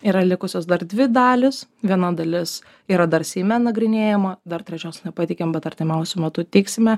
yra likusios dar dvi dalys viena dalis yra dar seime nagrinėjama dar trečios nepateikėm bet artimiausiu metu teiksime